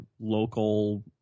local